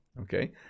okay